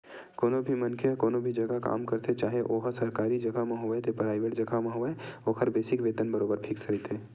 कोनो भी मनखे ह कोनो भी जघा काम करथे चाहे ओहा सरकारी जघा म होवय ते पराइवेंट जघा म होवय ओखर बेसिक वेतन बरोबर फिक्स रहिथे